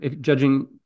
judging